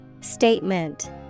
Statement